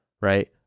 right